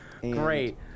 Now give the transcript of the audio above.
great